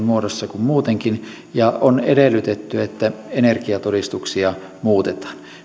muodossa kuin muutenkin ja on edellytetty että energiatodistuksia muutetaan